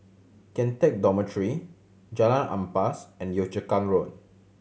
Kian Teck Dormitory Jalan Ampas and Yio Chu Kang Road